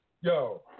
Yo